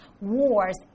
wars